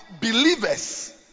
believers